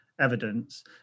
evidence